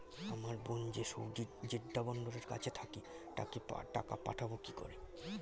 আমার বোন যে সৌদির জেড্ডা বন্দরের কাছে থাকে তাকে টাকা পাঠাবো কি করে?